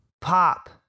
Pop